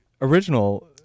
original